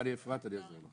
אפרת, אני אעזור לך.